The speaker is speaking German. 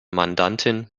mandantin